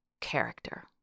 character